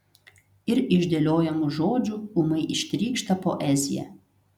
ir iš dėliojamų žodžių ūmai ištrykšta poezija